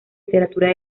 literatura